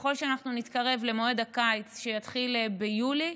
שככל שאנחנו נתקרב למועד הקיץ, שיתחיל ביולי,